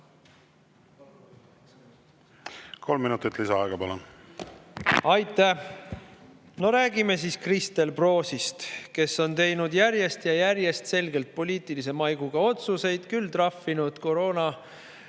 Kolm minutit lisaaega, palun! Aitäh! No räägime siis Kristel Proosist, kes on teinud järjest ja järjest selgelt poliitilise maiguga otsuseid, küll trahvinud koroonareeglite